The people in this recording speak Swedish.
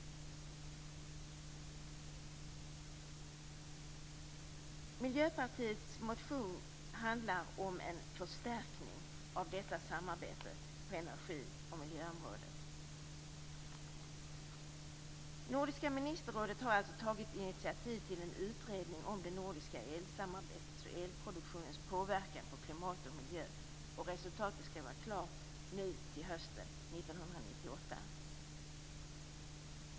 Miljöpartiets motion handlar om en förstärkning av detta samarbete på energi och miljöområdet. Nordiska ministerrådet har tagit initiativ till en utredning om det nordiska elsamarbetets och elproduktionens påverkan på klimat och miljö. Resultatet skall vara klart till hösten 1998.